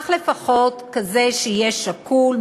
אך לפחות כזה שיהיה שקול,